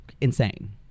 insane